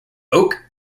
oak